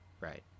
Right